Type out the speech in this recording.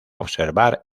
observar